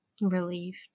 Relieved